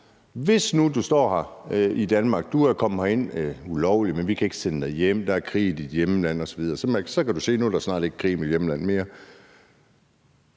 Hvis nu du står her i Danmark – du er kommet hertil ulovligt, men vi kan ikke sende dig hjem, for der er krig i dit hjemland osv. – og så kan se, at der snart ikke længere krig er i dit hjemland,